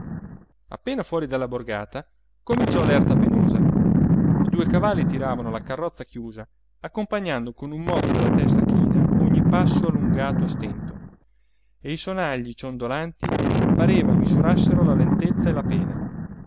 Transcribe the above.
appena fuori della borgata cominciò l'erta penosa i due cavalli tiravano la carrozza chiusa accompagnando con un moto della testa china ogni passo allungato a stento e i sonagli ciondolanti pareva misurassero la lentezza e la pena